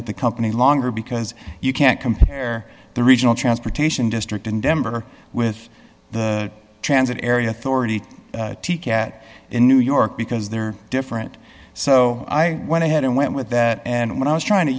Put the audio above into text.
at the company longer because you can't compare the regional transportation district in denver with the transit area thora to get in new york because there are different so i went ahead and went with that and when i was trying to